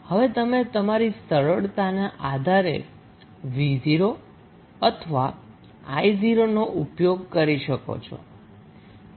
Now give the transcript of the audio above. હવે તમે તમારી સરળતાના આધારે 𝑣0 or 𝑖0 નો ઉપયોગ કરી શકો છો